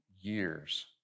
years